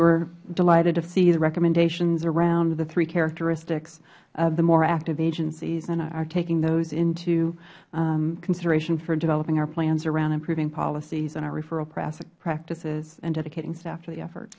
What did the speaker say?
were delighted to see the recommendations around the three characteristics of the more active agencies and are taking those into consideration for developing our plans around improving policies and our referral practices and dedicating staff to the effort